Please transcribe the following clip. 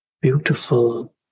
beautiful